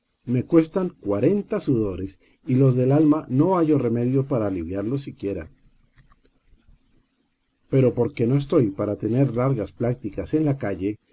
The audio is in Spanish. me cuestan cuarenta sudores y los del alma no hallo remedio para aliviarlos siquiera pero porque no estoy para tener largas pláticas en la calle